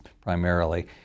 primarily